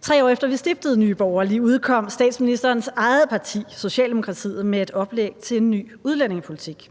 3 år efter vi stiftede Nye Borgerlige, udkom statsministerens eget parti, Socialdemokratiet, med et oplæg til en ny udlændingepolitik.